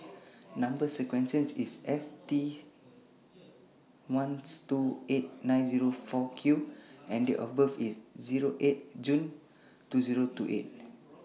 Number sequence IS S T one two eight nine Zero four Q and Date of birth IS Zero eight June two Zero two eight